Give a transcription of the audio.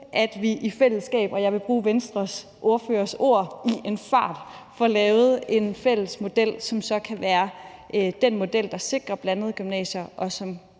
at vi i fællesskab – og jeg vil bruge Venstres ordførers ord – i en fart får lavet en fælles model, som så kan være den model, som sikrer blandede gymnasier, og som